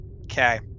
okay